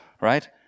Right